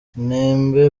ntembe